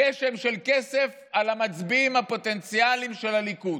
גשם של כסף על המצביעים הפוטנציאליים של הליכוד.